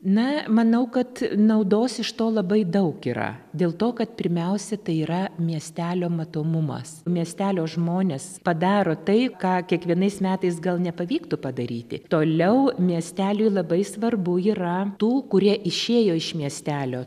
na manau kad naudos iš to labai daug yra dėl to kad pirmiausia tai yra miestelio matomumas miestelio žmonės padaro tai ką kiekvienais metais gal nepavyktų padaryti toliau miesteliui labai svarbu yra tų kurie išėjo iš miestelio